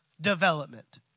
development